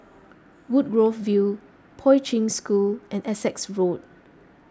Woodgrove View Poi Ching School and Essex Road